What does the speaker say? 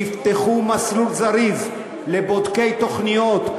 תפתחו מסלול זריז לבודקי תוכניות,